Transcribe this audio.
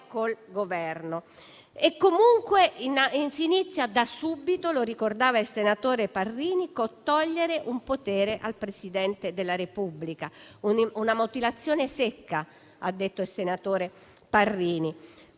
comunque da subito - lo ricordava il senatore Parrini - con il togliere un potere al Presidente della Repubblica: è una mutilazione secca, ha detto il senatore Parrini.